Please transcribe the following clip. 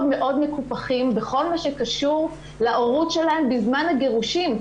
מאוד מקופחים בכל מה שקשור להורות שלהם בזמן הגירושין.